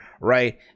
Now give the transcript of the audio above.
right